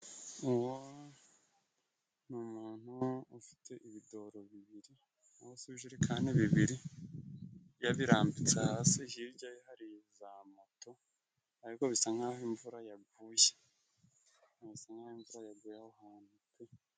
Uwo ni umuntu ufite ibidoro bibiri cyangwa se ibijerikane bibiri yabirambitse hasi hirya ye hari za moto ariko bisa nkaho imvura yaguye bisa nkaho imvura yaguyeho aho hantu.